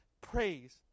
praise